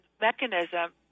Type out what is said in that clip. mechanism